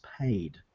paid